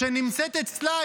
שנמצאת אצלה,